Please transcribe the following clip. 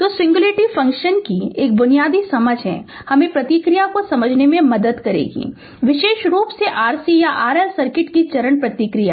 तो singularity function की एक बुनियादी समझ हमें प्रतिक्रिया को समझने में मदद करेगी विशेष रूप से RC या RL सर्किट की चरण प्रतिक्रिया